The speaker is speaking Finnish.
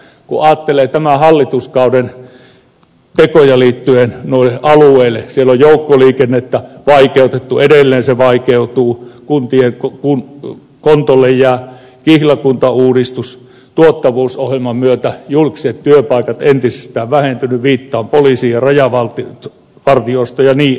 kun ajattelee tämän hallituskauden tekoja liittyen noihin alueisiin niin siellä on joukkoliikennettä vaikeutettu edelleen se vaikeutuu kuntien kontolle jää kihlakuntauudistus tuottavuusohjelman myötä julkiset työpaikat entisestään ovat vähentyneet viittaan poliisiin ja rajavartiostoon ja niin edelleen